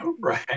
Right